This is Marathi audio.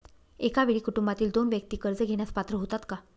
एका वेळी कुटुंबातील दोन व्यक्ती कर्ज घेण्यास पात्र होतात का?